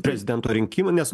prezidento rinkimai nes